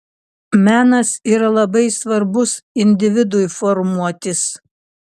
menas yra labai svarbus individui formuotis